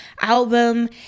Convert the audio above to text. album